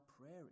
prayer